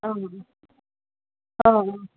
অঁ অঁ